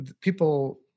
people